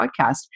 podcast